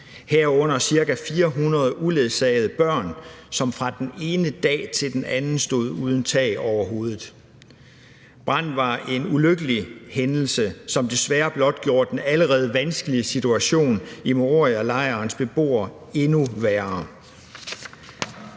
herunder ca. 400 uledsagede børn, som fra den ene dag til den anden stod uden tag over hovedet. Branden var en ulykkelig hændelse, som desværre blot gjorde den allerede vanskelige situation for Morialejrens beboere endnu værre.